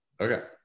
Okay